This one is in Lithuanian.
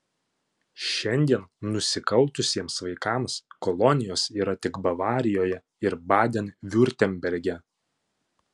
šiandien nusikaltusiems vaikams kolonijos yra tik bavarijoje ir baden viurtemberge